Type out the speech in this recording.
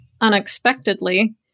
unexpectedly